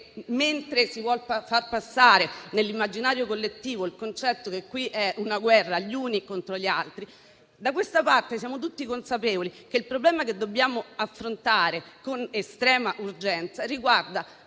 Mentre si vuol far passare nell'immaginario collettivo il concetto che qui è una guerra degli uni contro gli altri, da questa parte siamo tutti consapevoli che il problema che dobbiamo affrontare con estrema urgenza riguarda